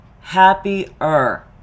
happier